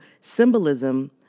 symbolism